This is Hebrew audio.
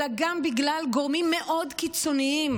אלא גם בגלל גורמים מאוד קיצוניים,